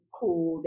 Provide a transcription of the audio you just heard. cool